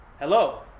Hello